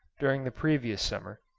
during the previous summer,